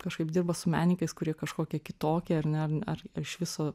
kažkaip dirba su menininkais kurie kažkokie kitokie ar ne ar ar iš viso